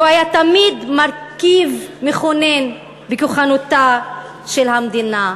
ותמיד היה מרכיב מכונן בכוחנותה של המדינה.